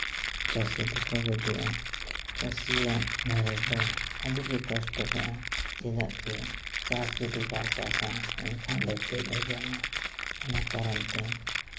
ᱪᱟᱹᱥᱤ ᱫᱚᱠᱚ ᱜᱩᱡᱩᱜᱼᱟ ᱪᱟᱹᱥᱤᱭᱟᱜ ᱜᱷᱟᱨᱚᱸᱡᱽ ᱫᱚ ᱟᱹᱰᱤ ᱜᱮᱠᱚ ᱠᱚᱥᱴᱚᱜᱼᱟ ᱪᱮᱫᱟᱜ ᱠᱤ ᱪᱟᱥ ᱡᱩᱫᱤ ᱵᱟᱭ ᱪᱟᱥᱟ ᱮᱱᱠᱷᱟᱱ ᱫᱚ ᱪᱮᱫᱼᱮ ᱡᱚᱢᱟ ᱚᱱᱟ ᱠᱟᱨᱚᱱᱛᱮ